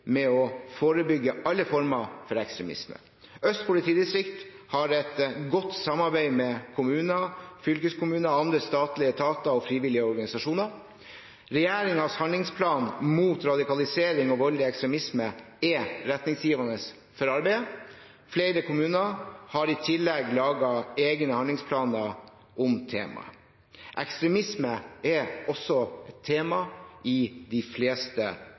med å forebygge alle former for ekstremisme. Øst politidistrikt har et godt samarbeid med kommuner, fylkeskommuner og andre statlige etater og frivillige organisasjoner. Regjeringens handlingsplan mot radikalisering og voldelig ekstremisme er retningsgivende for arbeidet. Flere kommuner har i tillegg laget egne handlingsplaner om temaet. Ekstremisme er også et tema i de fleste